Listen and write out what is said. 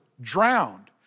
drowned